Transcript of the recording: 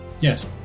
Yes